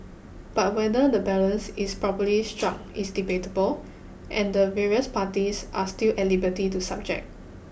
but whether the balance is properly strong is debatable and the various parties are still at liberty to subject